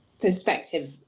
perspective